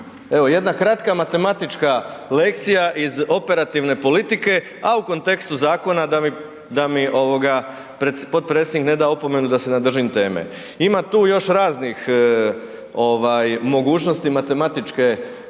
Evo, jedna kratka matematička lekcija iz operativne politike, a u kontekstu zakona da mi potpredsjednik ne da opomenu da se ne držim teme. Ima tu još raznih ovaj mogućnosti matematičke